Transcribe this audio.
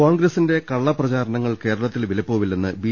കോൺഗ്രസ്സിന്റെ കള്ളപ്രചാരണങ്ങൾ കേരളത്തിൽ വില പ്പോവില്ലെന്ന് ബി